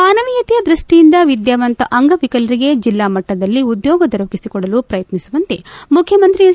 ಮಾನವೀಯತೆಯ ದೃಷ್ಷಿಯಿಂದ ವಿದ್ಯಾವಂತ ಅಂಗವಿಕಲರಿಗೆ ಜಿಲ್ಲಾ ಮಟ್ಟದಲ್ಲಿ ಉದ್ಯೋಗ ದೊರಕಿಸಿಕೊಡಲು ಪ್ರಯತ್ನಿಸುವಂತೆ ಮುಖ್ಯಮಂತ್ರಿ ಹೆಚ್